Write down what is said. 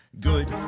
Good